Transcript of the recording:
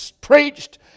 preached